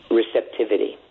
receptivity